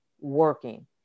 working